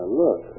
look